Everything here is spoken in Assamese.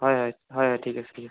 হয় হয় হয় ঠিক আছে ঠিক আছে